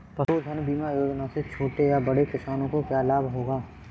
पशुधन बीमा योजना से छोटे या बड़े किसानों को क्या लाभ होगा?